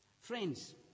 friends